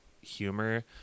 humor